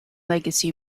legacy